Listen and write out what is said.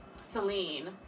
celine